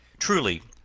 truly,